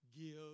give